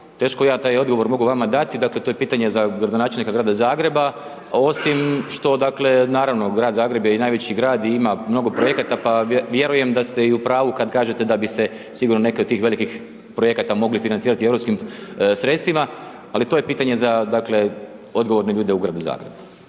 teško ja taj odgovor mogu vama dati, dakle to je pitanje za gradonačelnika Grada Zagreba osim što dakle naravno Grad Zagreb je i najveći grad i ima mnogo projekata pa vjerujem da ste i u pravu kada kažete da bi se sigurno neki od tih velikih projekata mogli financirati europskim sredstvima ali to je pitanje za dakle odgovorne ljude u Gradu Zagrebu.